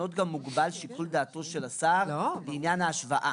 ובתקנות גם מוגבל שיקול דעתו של השר לעניין ההשוואה.